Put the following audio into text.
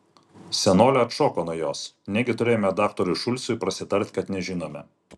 senolė atšoko nuo jos negi turėjome daktarui šulcui prasitarti kad nežinome